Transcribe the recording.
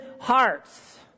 hearts